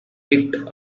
picked